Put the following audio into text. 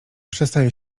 przestaje